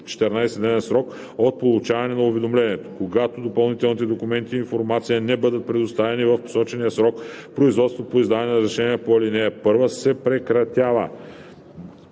14-дневен срок от получаване на уведомлението. Когато допълнителните документи и информация не бъдат предоставени в посочения срок, производството по издаване на разрешение по ал. 1 се прекратява.